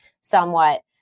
somewhat